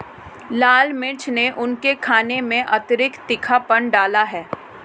लाल मिर्च ने उनके खाने में अतिरिक्त तीखापन डाला है